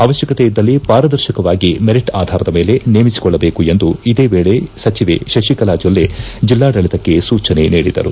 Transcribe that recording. ಅವಶ್ಯಕತೆಯಿದ್ದಲ್ಲಿ ಪಾರದರ್ಶಕವಾಗಿ ಮೆರಿಟ್ ಆಧಾರದ ಮೇಲೆ ನೇಮಿಸಿಕೊಳ್ಳಬೇಕೆಂದು ಇದೇ ವೇಳೆ ಸಚಿವೆ ಶತಿಕಲಾ ಜೊಲ್ಲೆ ಜೆಲ್ಲಾಡಳಿತಕ್ಕೆ ಸೂಚನೆ ನೀಡಿದರು